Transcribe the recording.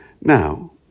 Now